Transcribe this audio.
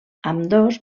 ambdós